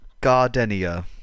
gardenia